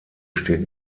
steht